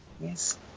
Yes